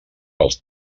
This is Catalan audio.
pels